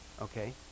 Okay